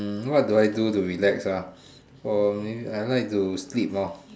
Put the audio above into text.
hmm what do I do to relax ah maybe I like to sleep hor